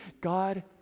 God